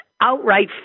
outright